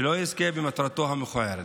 שלא יזכה במטרתו המכוערת.